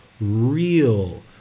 real